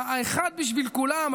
האחד בשביל כולם,